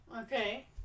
Okay